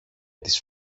τις